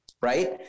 right